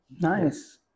Nice